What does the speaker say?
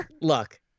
Look